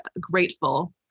grateful